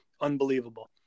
Unbelievable